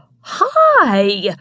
hi